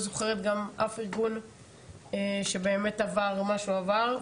אף ארגון שבאמת עבר מה שהוא עבר,